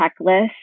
checklist